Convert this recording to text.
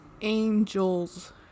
Angels